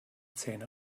zähne